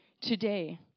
today